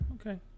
Okay